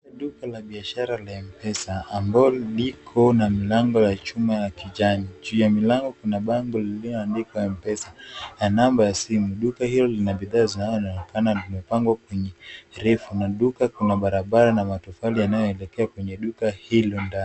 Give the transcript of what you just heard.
Duka la biashara la M-Pesa ambalo liko na milango ya chuma ya kijani. Juu ya milango kuna bango lililoandikwa na namba ya simu. Duka hilo lina bidhaa zinazoonekana zimepangwa kwenye refu na duka kuna barabara na matofali yanayoelekea kwenye duka hilo ndani.